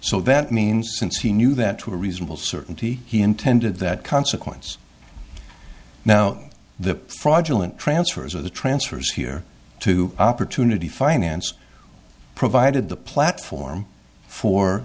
so that means since he knew that to a reasonable certainty he intended that consequence now the fraudulent transfers or the transfers here to opportunity finance provided the platform for